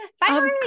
Bye